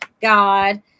God